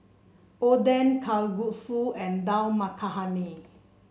Oden Kalguksu and Dal Makhani